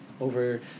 over